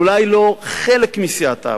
אולי לא חלק מסיעת העבודה,